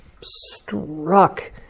struck